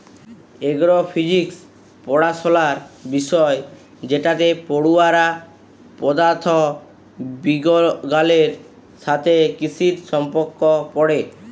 এগ্র physics পড়াশলার বিষয় যেটতে পড়ুয়ারা পদাথথ বিগগালের সাথে কিসির সম্পর্ক পড়ে